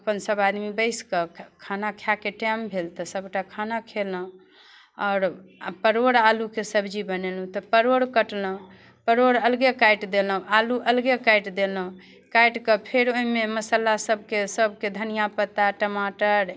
अपन सब आदमी बैसिकऽ खऽ खाना खाइके टाइम भेल तऽ सबगोटा खाना खेलहुँ आओर परोड़ आलूके सब्जी बनेलहुँ तऽ परोड़ कटलहुँ परोड़ अलगे काटि देलहुँ आलू अलगे काटि देलहुँ काटिके फेर ओहिमे मसल्ला सबके सबके धनिआ पत्ता टमाटर